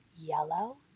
yellow